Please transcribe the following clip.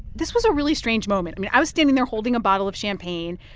this was a really strange moment. i mean, i was standing there, holding a bottle of champagne.